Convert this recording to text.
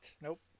Nope